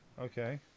Okay